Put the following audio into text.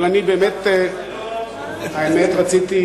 רציתי,